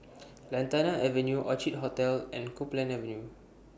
Lantana Avenue Orchid Hotel and Copeland Avenue